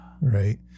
right